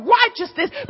righteousness